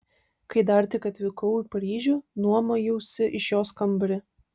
kai dar tik atvykau į paryžių nuomojausi iš jos kambarį